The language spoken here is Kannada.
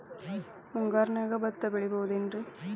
ಮುಂಗಾರಿನ್ಯಾಗ ಭತ್ತ ಬೆಳಿಬೊದೇನ್ರೇ?